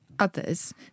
others